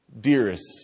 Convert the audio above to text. dearest